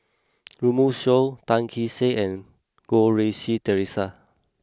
Runme Shaw Tan Kee Sek and Goh Rui Si Theresa